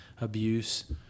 abuse